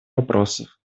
вопросов